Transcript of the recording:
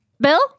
Bill